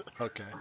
Okay